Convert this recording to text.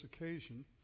occasion